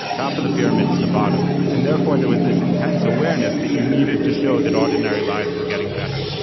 top of the pyramid to the bottom and therefore there was this intense awareness that you needed to show that ordinary lives were getting better.